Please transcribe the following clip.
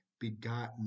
begotten